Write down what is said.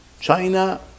China